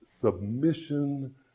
submission